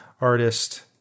artist